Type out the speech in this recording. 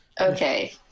Okay